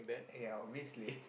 eh ya obviously